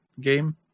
game